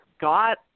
got